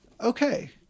Okay